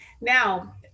Now